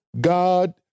God